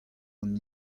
hon